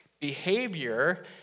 Behavior